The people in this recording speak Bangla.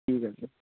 ঠিক আছে